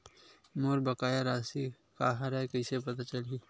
मोर बकाया राशि का हरय कइसे पता चलहि?